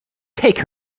take